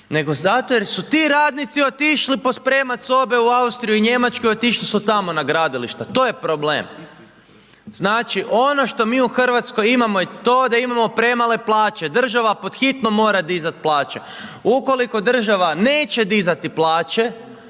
nego zato jer su ti radnici otišli pospremati sobe u Austriju i Njemačku i otišli su tamo na gradilišta, to je problem. Znači ono što mi u Hrvatskoj imamo je to da imamo premale plaće, država pothitno mora dizati plaće. Ukoliko država neće dizati plaće,